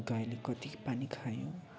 गाईले कति पानी खायो